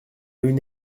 une